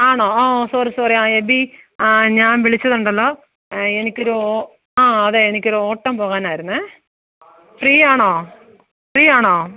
ആണോ ആ sorry sorry അ എബി ആ ഞാൻ വിളിച്ചതുണ്ടല്ലോ എനിക്ക് ഒരു ആ അതെ എനിക്ക് ഒരു ഓട്ടം പോകാനായിരുന്നു ഫ്രീയാണൊ ഫ്രീയാണൊ